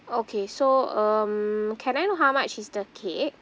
okay so um can I know how much is the cake